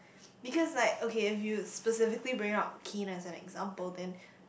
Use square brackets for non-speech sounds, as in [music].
[breath] because like okay if you specifically bring out Kean as an example then